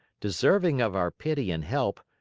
deserving of our pity and help,